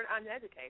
uneducated